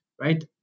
right